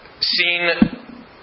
seen